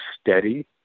steady